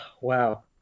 Wow